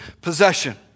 possession